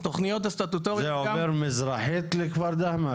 זה עובר מזרחית לכפר דהמש?